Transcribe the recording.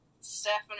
Stephanie